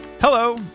Hello